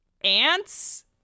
ants